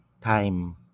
time